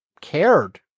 cared